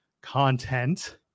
content